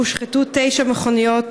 הושחתו תשע מכוניות.